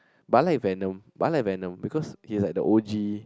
but I like Venom but I like Venom because he is like the O G